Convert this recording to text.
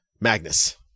Magnus